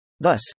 Thus